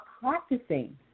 practicing